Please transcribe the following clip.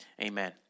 Amen